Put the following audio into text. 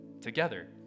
together